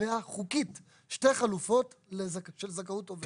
קובע חוקית שתי חלופות של זכאות עובד.